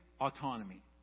autonomy